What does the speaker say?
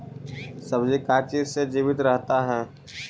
सब्जी का चीज से जीवित रहता है?